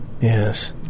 Yes